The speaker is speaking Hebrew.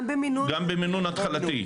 אלא גם במינון התחלתי.